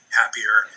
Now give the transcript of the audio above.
happier